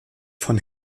von